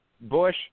Bush